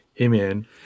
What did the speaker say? Amen